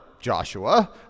Joshua